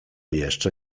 jeszcze